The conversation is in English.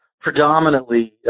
predominantly